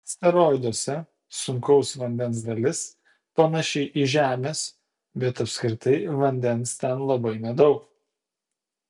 asteroiduose sunkaus vandens dalis panaši į žemės bet apskritai vandens ten labai nedaug